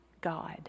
God